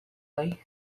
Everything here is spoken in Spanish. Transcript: hoy